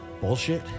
bullshit